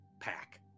pack